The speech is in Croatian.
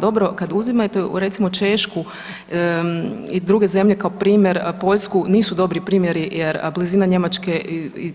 Dobro kad uzimate recimo Češku i druge zemlje kao primjer Poljsku, nisu dobri primjeri jer blizina Njemačke i